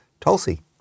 Tulsi